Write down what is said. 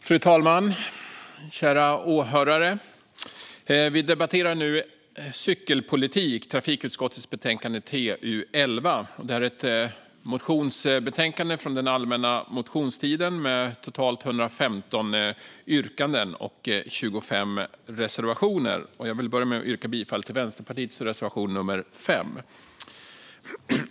Fru talman och kära åhörare! Vi debatterar nu cykelpolitik och trafikutskottets betänkande TU11. Det är ett motionsbetänkande från allmänna motionstiden med totalt 115 yrkanden och 25 reservationer. Jag vill börja med att yrka bifall till Vänsterpartiets reservation nummer 5.